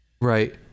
Right